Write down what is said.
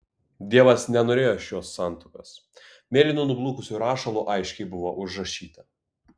dievas nenorėjo šios santuokos mėlynu nublukusiu rašalu aiškiai buvo užrašyta